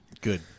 good